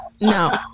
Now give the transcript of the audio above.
no